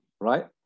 right